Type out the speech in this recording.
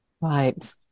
Right